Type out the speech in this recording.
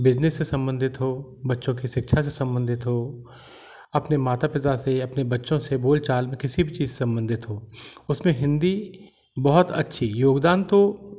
business से सम्बन्धित हो बच्चों की शिक्षा से सम्बन्धित हो अपने माता पिता से या अपने बच्चों से बोल चाल में किसी भी चीज से सम्बन्धित हो उसमें हिन्दी बहुत अच्छी योगदान तो